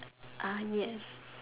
yes